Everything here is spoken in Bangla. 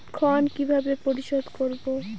ঋণ কিভাবে পরিশোধ করব?